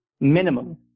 minimum